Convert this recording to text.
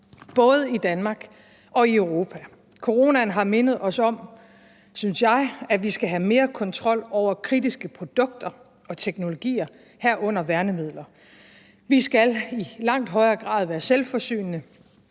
både i Danmark og i Europa. Coronaen har – synes jeg – mindet os om, at vi skal have mere kontrol over kritiske produkter og teknologier, herunder værnemidler. Vi skal i langt højere grad være selvforsynende,